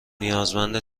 نیازمند